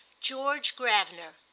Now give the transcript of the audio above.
george gravener,